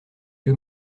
que